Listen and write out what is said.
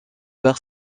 bar